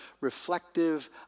reflective